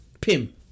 Pim